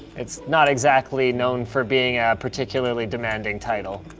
it's not exactly known for being a particularly demanding title.